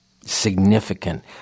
significant